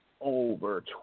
over